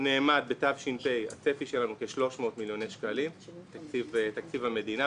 בתש"פ הצפי שלנו הוא כ-300 מיליוני שקלים תקציב המדינה,